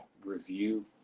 review